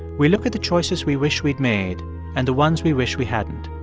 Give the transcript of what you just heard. we look at the choices we wish we'd made and the ones we wish we hadn't.